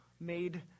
made